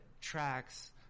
tracks